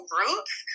roots